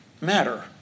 matter